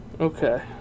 Okay